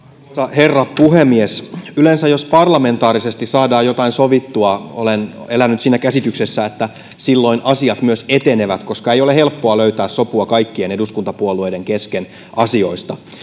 herra puhemies yleensä silloin jos parlamentaarisesti saadaan jotain sovittua olen elänyt siinä käsityksessä asiat myös etenevät koska ei ole helppoa löytää sopua kaikkien eduskuntapuolueiden kesken asioista